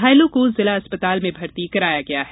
घायलों को जिला अस्पताल में भर्ती कराया गया है